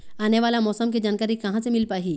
आने वाला मौसम के जानकारी कहां से मिल पाही?